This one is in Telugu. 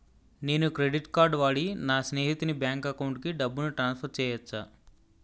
నేను క్రెడిట్ కార్డ్ వాడి నా స్నేహితుని బ్యాంక్ అకౌంట్ కి డబ్బును ట్రాన్సఫర్ చేయచ్చా?